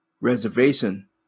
Reservation